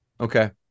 Okay